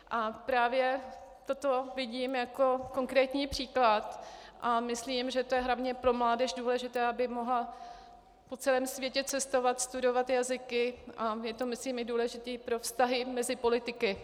A právě toto vidím jako konkrétní příklad a myslím, že to je hlavně pro mládež důležité, aby mohla po celém světě cestovat, studovat jazyky, a je to myslím i důležité pro vztahy mezi politiky.